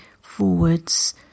forwards